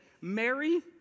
Mary